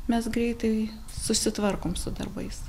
mes greitai susitvarkom su darbais